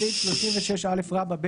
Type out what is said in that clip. בסעיף 36א(ב),